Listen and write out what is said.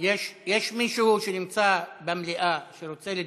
יש מישהו שנמצא במליאה ורוצה לדבר?